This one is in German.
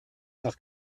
nach